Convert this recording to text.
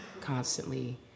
constantly